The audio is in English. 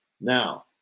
Now